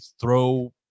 throw